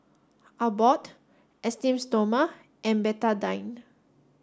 Abbott Esteem Stoma and Betadine